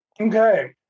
Okay